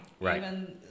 right